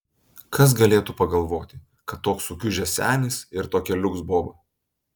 kas galėtų pagalvoti kad toks sukiužęs senis ir tokia liuks boba